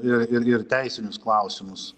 ir ir ir teisinius klausimus